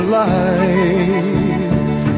life